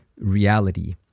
reality